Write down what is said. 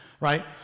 right